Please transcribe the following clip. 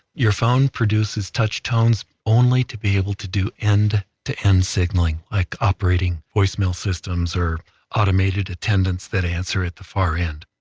your phone produces touch tones only to be able to do end to end signaling, like operating voicemail systems or automated attendants that answer at the far end